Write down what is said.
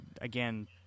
again